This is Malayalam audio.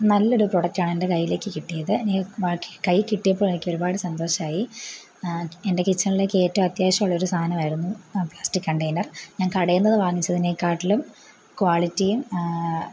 നല്ലൊരു പ്രോഡക്റ്റ് ആണ് എൻ്റെ കയ്യിലേക്ക് കിട്ടിയത് എനിക്ക് കയ്യിൽ കിട്ടിയപ്പോൾ എനിക്കൊരുപാട് സന്തോഷമായി എൻ്റെ കിച്ചണിലേക്ക് ഏറ്റവും അത്യാവശ്യം ഉള്ളൊരു സാധനമായിരുന്നു ആ പ്ലാസ്റ്റിക്ക് കണ്ടൈനർ ഞാൻ കടയിൽനിന്ന് വാങ്ങിച്ചതിനെക്കാട്ടിലും ക്വാളിറ്റിയും